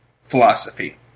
philosophy